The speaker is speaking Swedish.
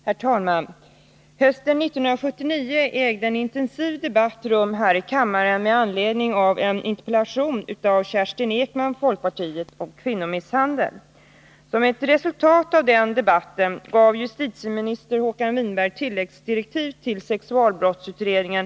Herr talman! Hösten 1979 ägde en intensiv debatt rum här i kammaren med anledning av en interpellation av folkpartisten Kerstin Ekman om kvinnomisshandel. Som ett resultat av den debatten gav justitieminister Håkan Winberg tilläggsdirektiv till sexualbrottskommittén.